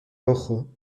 rojo